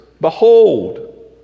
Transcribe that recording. Behold